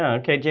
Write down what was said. ah okay, jake,